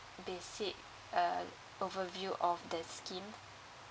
basic uh overview of the scheme